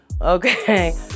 okay